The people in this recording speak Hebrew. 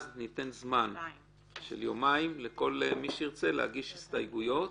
אז ניתן זמן של יומיים לכל מי שירצה להגיש הסתייגויות.